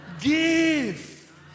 Give